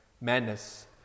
madness